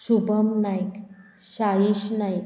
Shubham Nayak Shaish Naik